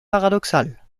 paradoxal